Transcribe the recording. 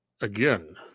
again